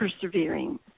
persevering